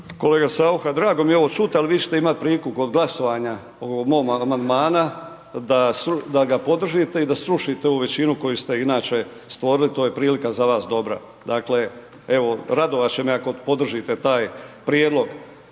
Kolega Saucha, drago mi je ovo čut, al vi ćete imat priliku kod glasovanja o ovom mom amandmana da ga podržite i da srušite ovu većinu koju ste inače stvorili, to je prilika za vas dobra. Dakle, evo radovat će me ako podržite taj prijedlog.